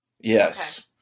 Yes